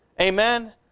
amen